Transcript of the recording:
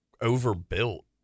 overbuilt